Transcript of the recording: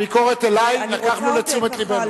הביקורת אלי, לקחנו לתשומת לבנו.